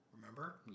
remember